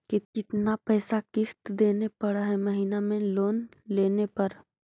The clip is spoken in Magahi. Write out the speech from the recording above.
कितना पैसा किस्त देने पड़ है महीना में लोन लेने पर?